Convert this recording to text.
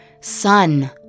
son